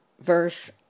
verse